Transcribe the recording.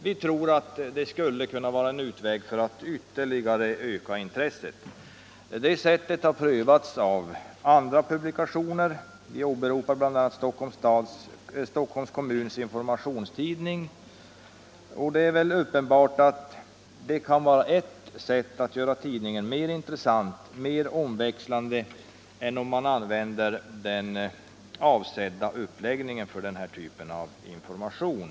Vi tror att det skulle kunna vara en väg att ytterligare öka intresset för riksdagen. Det sättet har prövats genom andra publikationer. Vi åberopar bl.a. Stockholms kommuns informationstidning. Det är väl uppenbart att det kan vara ett sätt att göra tidningen mer intressant och mer omväxlande än om man använder den avsedda uppläggningen för denna typ av information.